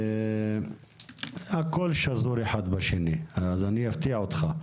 אני אפתיע אותך,